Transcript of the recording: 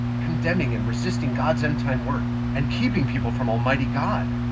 condemning and resisting god's end-time work, and keeping people from almighty god?